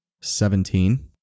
Seventeen